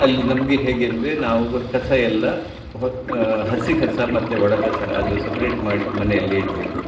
ಅಲ್ಲಿ ನಮಗೆ ಹೇಗೆ ಅಂದರೆ ನಾವು ಕಸ ಎಲ್ಲ ಹೊ ಹಸಿ ಕಸ ಮತ್ತು ಒಣ ಕಸ ಅದು ಸಪ್ರೇಟ್ ಮಾಡಿ ಮನೆಯಲ್ಲೇ ಇಡಬೇಕು